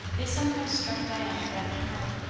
they somehow struck diana rather hard.